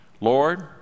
Lord